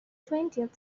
twentieth